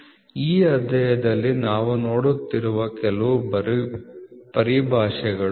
ಈ ಅಧ್ಯಾಯದಲ್ಲಿ ನಾವು ನೋಡುತ್ತಿರುವ ಕೆಲವು ಪರಿಭಾಷೆಗಳು ಇವು